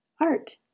Art